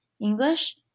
English